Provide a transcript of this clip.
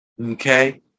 okay